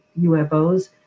UFOs